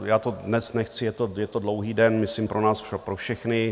Já to dnes nechci, je to dlouhý den myslím pro nás pro všechny.